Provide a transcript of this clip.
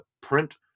print